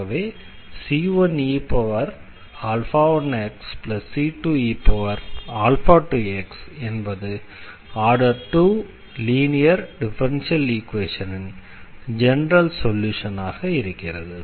ஆகவே c1e1xc2e2x என்பது order 2 linear differential ஈக்வேஷனின் ஜெனரல் சொல்யூஷனாக இருக்கிறது